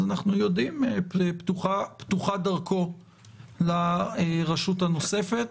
אז אנחנו יודעים שפתוחה דרכו לרשות הנוספת.